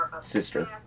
sister